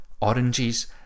Oranges